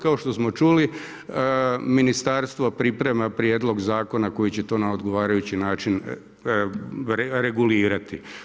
Kao što smo čuli ministarstvo priprema prijedlog zakona koji će to na odgovarajući način regulirati.